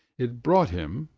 it brought him,